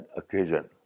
occasion